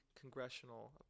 congressional